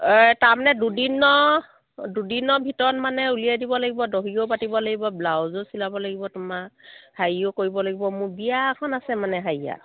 তাৰমানে দুদিনৰ দুদিনৰ ভিতৰত মানে উলিয়াই দিব লাগিব দহিও বাতিব লাগিব ব্লাউজো চিলাব লাগিব তোমাৰ হেৰিও কৰিব লাগিব মোৰ বিয়া এখন আছে মানে হেৰিয়া